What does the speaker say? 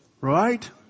Right